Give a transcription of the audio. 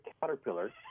caterpillar